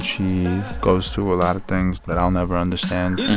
she goes through a lot of things that i'll never understand